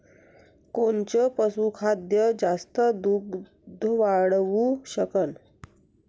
कोनचं पशुखाद्य जास्त दुध वाढवू शकन?